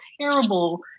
terrible